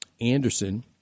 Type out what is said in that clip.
Anderson